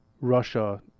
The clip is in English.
russia